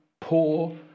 poor